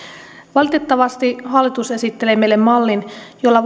valitettavasti hallitus esittelee meille mallin jolla